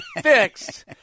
fixed